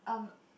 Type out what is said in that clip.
um